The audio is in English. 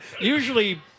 Usually